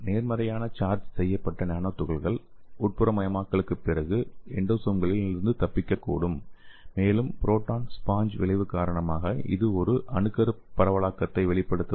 நேர்மறையாக சார்ஜ் செய்யப்பட்ட நானோ துகள்கள் உட்புறமயமாக்கலுக்குப் பிறகு எண்டோசோம்களிலிருந்து தப்பிக்கக்கூடும் மேலும் புரோட்டான் ஸ்பாஞ்ச் விளைவு காரணமாக இது ஒரு அணுக்கரு பரவலாக்கத்தை வெளிப்படுத்தும்